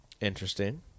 Interesting